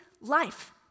life